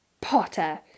Potter